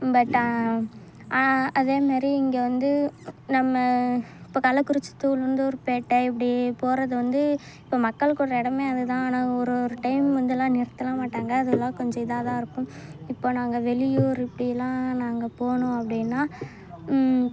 but அதே மாரி இங்கே வந்து நம்ம இப்போது கள்ளக்குறிச்சி டூ உளுந்தூர்பேட்டை இப்படி போகிறது வந்து இப்போது மக்கள் கூடற இடமே அதுதான் ஆனால் ஒரு ஒரு டைம் வந்தெலாம் நிறுத்தலாம் மாட்டாங்க அதெல்லாம் கொஞ்சம் இதாக தான் இருக்கும் இப்போது நாங்கள் வெளியூர் இப்படிலாம் நாங்கள் போகணும் அப்படீன்னா